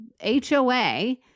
HOA